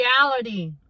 reality